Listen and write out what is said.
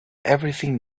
everything